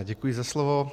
Děkuji za slovo.